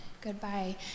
goodbye